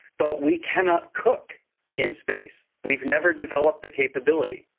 but we cannot cook in space, we've never developed the capability.